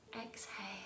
Exhale